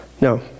no